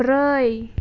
ब्रै